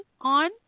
on